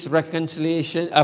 reconciliation